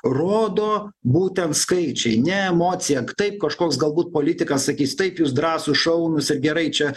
rodo būtent skaičiai ne emocija taip kažkoks galbūt politikas sakys taip jūs drąsūs šaunūs ir gerai čia